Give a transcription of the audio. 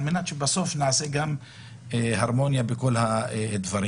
על מנת שבסוף נעשה הרמוניה בכל הדברים.